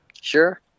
Sure